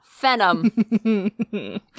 Phenom